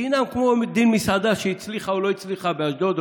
דינם כדין מסעדה שהצליחה או לא הצליחה באשדוד,